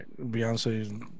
Beyonce